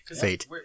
Fate